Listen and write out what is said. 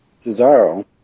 Cesaro